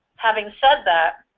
having said that,